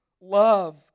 Love